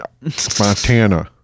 Montana